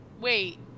Wait